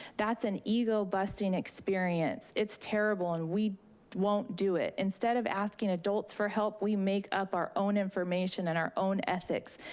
that's an ego-busting experience. it's terrible, and we won't do it. instead of asking adults for help, we make up our own information and our own ethics.